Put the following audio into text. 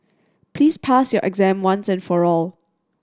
please pass your exam once and for all